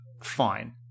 fine